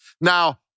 Now